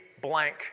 blank